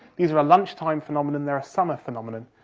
these are a lunchtime phenomenon, they're a summer phenomenon.